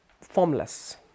formless